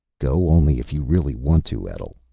go only if you really want to, etl,